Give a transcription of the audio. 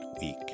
week